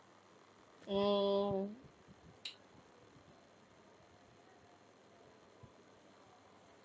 mm